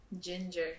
Ginger